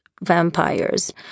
vampires